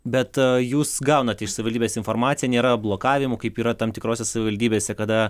bet jūs gaunat iš savivaldybės informaciją nėra blokavimų kaip yra tam tikrose savivaldybėse kada